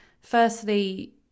firstly